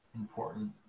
important